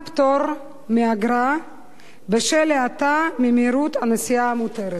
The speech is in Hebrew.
פטור מאגרה בשל האטה ממהירות הנסיעה המותרת),